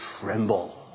tremble